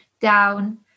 down